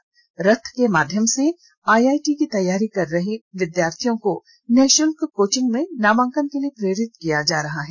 इस रथ के माध्यम से आईआईटी की तैयारी कर रहे विद्यार्थियों को निषुल्क कोचिंग में नामांकन के लिए प्रेरित किया जा रहा है